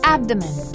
Abdomen